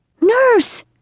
Nurse